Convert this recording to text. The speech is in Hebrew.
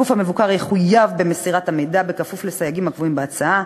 הגוף המבוקר יחויב במסירת המידע בכפוף לסייגים הקבועים בהצעה.